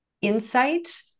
insight